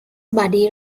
buddy